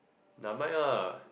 nevermind lah